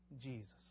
Jesus